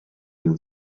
lion